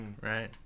Right